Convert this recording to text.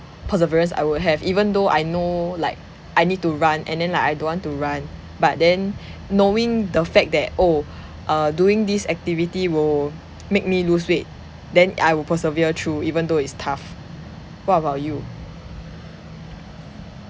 perseverance I would have even though I know like I need to run and then like I don't want to run but then knowing the fact that oh uh doing this activity will make me lose weight then I will persevere though even though it's tough what about you